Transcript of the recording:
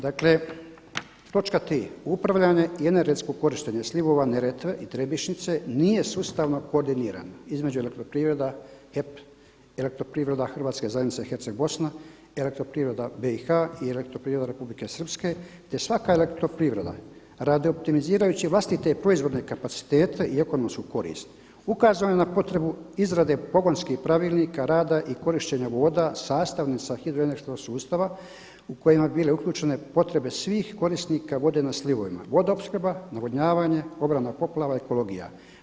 Dakle, „Točka 3. upravljanje i energetsko korištenje slivova Neretve i Trebišnjice nije sustavno koordinirano između elektroprivreda HEP i Elektroprivreda Hrvatske zajednice Hercegbosna i Elektroprivreda BiH i Elektroprivreda Republike Srpske te svaka elektroprivreda radi optimizirajuće vlastite proizvodne kapaciteta i ekonomsku korist ukazano je na potrebu izrade pogonskih pravilnika rada i korištenja voda sastavnica hidroenergetskog sustava u kojima bi bile uključene potrebe svih korisnika vode na slivovima vodoopskrba, navodnjavanje, obrana od poplava, ekologija.